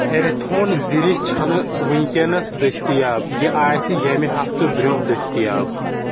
ارِتھون زِرِچ چھنہٕ وٕنکیٚنس دٔستِیاب یہِ آسہِ ییٚمہِ ہفتہٕ برٛونٛہہ دٔستِیاب